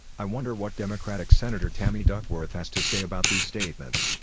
i wonder what democratic senator tammy duckworth has to say about these statements.